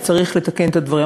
וצריך לתקן את הדברים.